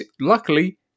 luckily